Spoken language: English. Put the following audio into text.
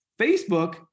facebook